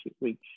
reach